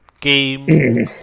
game